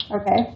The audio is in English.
Okay